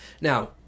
Now